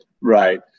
Right